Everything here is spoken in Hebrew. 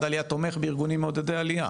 העלייה תומך בארגונים מעודדי עלייה.